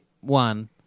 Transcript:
one